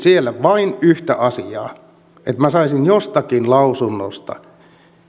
sieltä vain yhtä asiaa että minä saisin jostakin lausunnosta